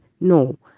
No